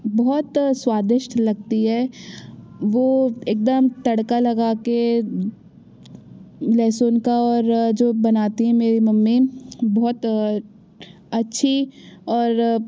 बहुत स्वादिष्ट लगती है वो एक दम तड़का लगा कर लहसुन का और जो बनाती हैं मेरी मम्मी बहुत अच्छी और